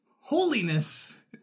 holiness